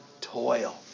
toil